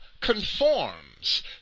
conforms